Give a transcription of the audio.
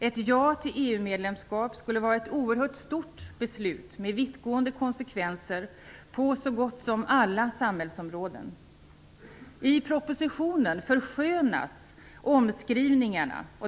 Ett ja till EU-medlemskap skulle vara ett oerhört stort beslut med vittgående konsekvenser på så gott som alla samhällsområden. I propositionen förskönas det med omskrivningar.